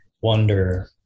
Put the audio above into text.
wonder